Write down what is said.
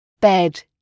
Bed